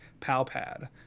Palpad